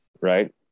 Right